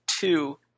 two